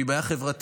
שהיא בעיה חברתית,